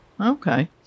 okay